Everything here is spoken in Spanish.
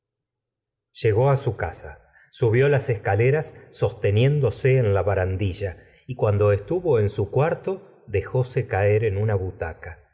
llegó su casa subió las escaleras sosteniéndose en la barandilla y cuando estuvo en su cuarto dejse caer en una butaca